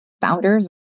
founders